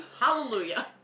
hallelujah